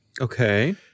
Okay